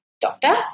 doctor